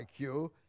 IQ